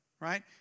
right